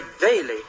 daily